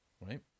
right